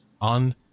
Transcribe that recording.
on